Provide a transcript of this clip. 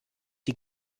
die